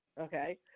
okay